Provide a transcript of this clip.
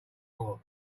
more